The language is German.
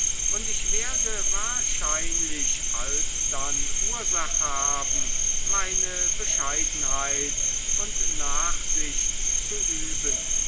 und ich werde wahrscheinlich alsdann ursache haben meine bescheidenheit und nachsicht zu üben